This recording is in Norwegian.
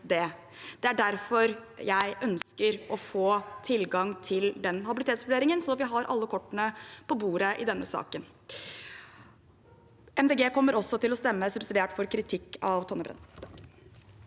Det er derfor jeg ønsker å få tilgang til den habilitetsvurderingen, sånn at vi har alle kortene på bordet i denne saken. Miljøpartiet De Grønne kommer også til å stemme subsidiært for kritikk av Tonje Brenna.